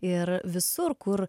ir visur kur